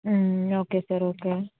okay sir okay